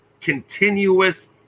continuous